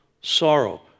sorrow